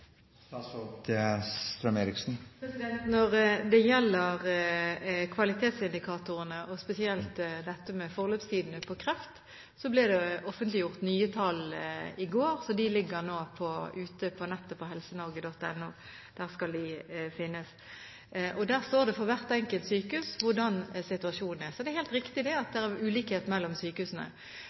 Når det gjelder kvalitetsindikatorene – spesielt dette med forløpstidene på kreft – ble det offentliggjort nye tall i går. De ligger nå ute på nettet, på helsenorge.no. Der skal de finnes. Der står det hvordan situasjonen er for hvert enkelt sykehus. Det er helt riktig at det er ulikheter mellom sykehusene. Når det gjelder forløpstiden, som er